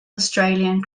australian